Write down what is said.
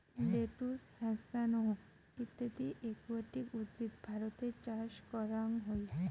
lettuce, হ্যাসান্থ ইত্যদি aquatic উদ্ভিদ ভারতে চাষ করাং হই